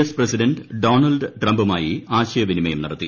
S president Donald ട്രംപുമായി ആശയവിനിമയം നടത്തി